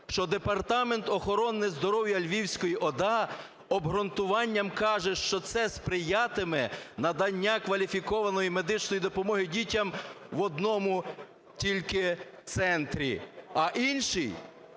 що департамент охорони здоров'я Львівської ОДА обґрунтуванням каже, що це сприятиме надання кваліфікованої медичної допомоги дітям в одному тільки центрі, а інші